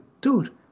dude